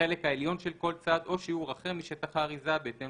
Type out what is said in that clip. בחלק העליון של כל צד או שיעור אחר משטח האריזה בהתאם